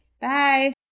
Bye